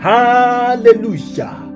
Hallelujah